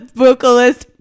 vocalist